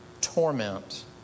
torment